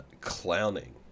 clowning